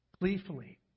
gleefully